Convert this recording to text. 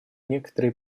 некоторые